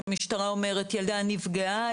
שהמשטרה אומרת: ילדה נפגעה,